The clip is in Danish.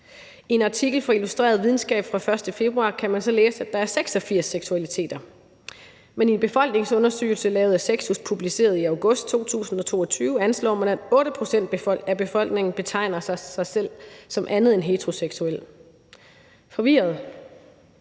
I en artikel i Illustreret Videnskab fra den 1. februar kan man så læse, at der er 86 seksualiteter. Men i en befolkningsundersøgelse lavet af SEXUS publiceret i august 2022 anslår man, at 8 pct. af befolkningen betegner sig selv som andet en heteroseksuel. Forvirret?